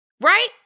right